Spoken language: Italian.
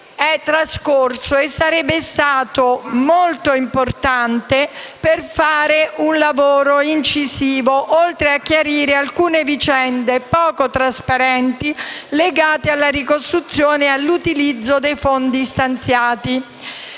il quale sarebbe stato molto importante per fare un lavoro incisivo, oltre che per chiarire alcune vicende poco trasparenti legate alla ricostruzione e all'utilizzo dei fondi stanziati.